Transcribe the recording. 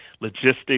logistics